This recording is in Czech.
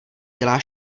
dělá